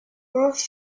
prove